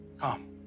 Come